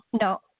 no